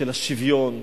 של השוויון.